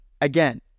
Again